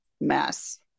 mess